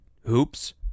hoops